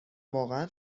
واقعا